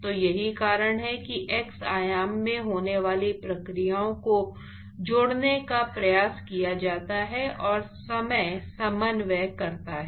तो यही कारण है कि x आयाम में होने वाली प्रक्रियाओं को जोड़ने का प्रयास किया जाता है और समय समन्वय करता है